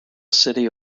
city